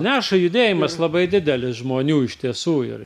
neša judėjimas labai didelis žmonių iš tiesų ir